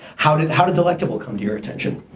how did how did delectable come to your attention?